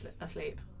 asleep